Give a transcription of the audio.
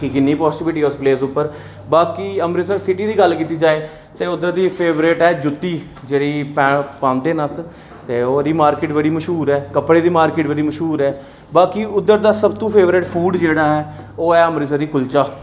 कि किन्नी पाजिटिविटी ऐ उस प्लेस उप्पर बाकी अमृतसर सिटी दी गल्ल कीती जा ते उद्धर दी फेवरेट ऐ जुत्ती जेह्ड़ी पांदे न अस ते ओह्दी मार्किट बड़ी मशहूर ऐ कपड़े दी मार्किट बड़ी मशहूर ऐ बाकी उद्धर दा सबतूं फेवरेट फूड़ जेह्ड़ा ऐ ओह् ऐ अमृतसरी कुल्चा